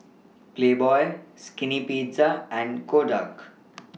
Playboy Skinny Pizza and Kodak